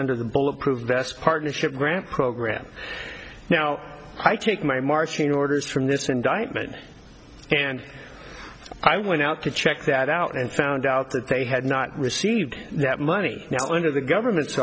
under the bulletproof vest partnership grant program now i take my marching orders from this indictment and i went out to check that out and found out that they had not received that money now under the government's